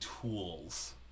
tools